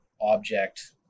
object